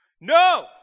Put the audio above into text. No